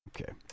okay